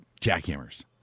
jackhammers